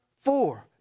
four